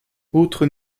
autres